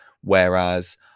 Whereas